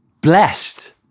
blessed